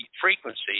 frequency